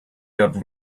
had